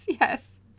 yes